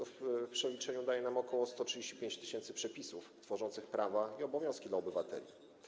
W przeliczeniu daje nam to ok. 135 tys. przepisów tworzących prawa i obowiązki dla obywateli.